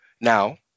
Now